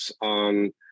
on